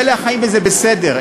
ואלה החיים, וזה בסדר.